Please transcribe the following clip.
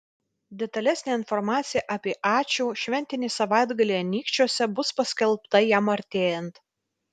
detalesnė informacija apie ačiū šventinį savaitgalį anykščiuose bus paskelbta jam artėjant